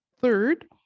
Third